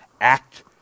act